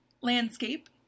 landscape